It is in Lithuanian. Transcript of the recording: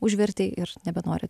užvertei ir nebenori